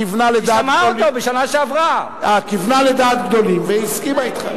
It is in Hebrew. כיוונה לדעת גדולים והסכימה אתך.